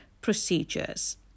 procedures